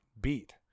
beat